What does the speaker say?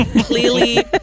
clearly